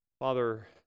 Father